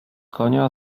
konia